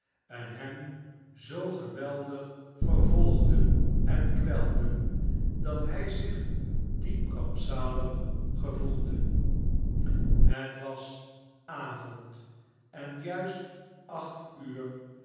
en hem zoo geweldig vervolgden en kwelden dat hij zich diep rampzalig gevoelde het was avond en juist acht uur